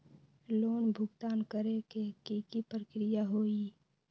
Loan भुगतान करे के की की प्रक्रिया होई?